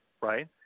right